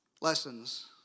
lessons